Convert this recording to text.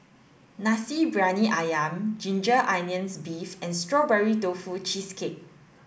Nasi Briyani Ayam ginger onions beef and strawberry tofu cheesecake